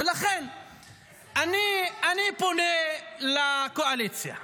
ב-2021 לא היית --- אני פונה לקואליציה: